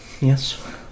yes